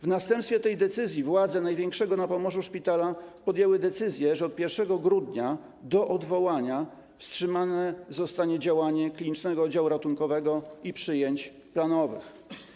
W następstwie tej decyzji władze największego na Pomorzu szpitala podjęły decyzję, że od 1 grudnia do odwołania wstrzymane zostaną działanie Klinicznego Oddziału Ratunkowego i przyjęcia planowe.